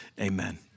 Amen